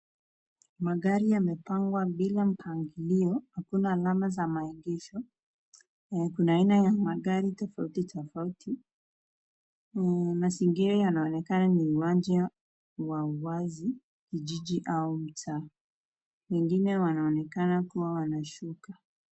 Magari yamepangwa bila mpangilio. Hakuna alama za maegesho. Kuna aina ya magari tofauti tofauti. Mazingira yanaonekana ni uwanja wa wazi kijiji au mtaa. Wengine wanaonekana kuwa wanashuka.